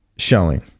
Showing